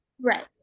Right